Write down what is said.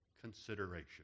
consideration